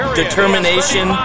determination